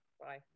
Bye